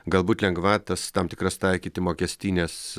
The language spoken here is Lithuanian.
galbūt lengvatas tam tikras taikyti mokestines